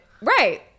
right